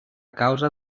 causa